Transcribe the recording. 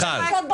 הכנסת.